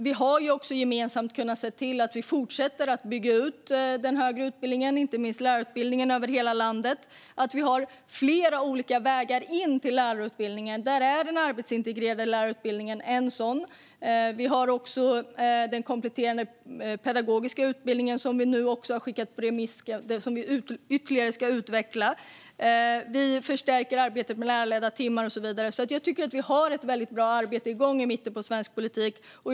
Vi har också gemensamt sett till att bygga ut den högre utbildningen, inte minst lärarutbildningen, över hela landet och att det finns flera olika vägar in till lärarutbildningen. Den arbetsintegrerade lärarutbildningen är en sådan väg. Det finns även den kompletterande pedagogiska utbildningen, som vi också ska utveckla ytterligare. Det förslaget har skickats på remiss. Och vi förstärker arbetet med lärarledda timmar och så vidare. Jag tycker att vi har ett bra arbete på gång i mitten av svensk politik.